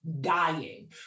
dying